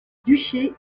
duché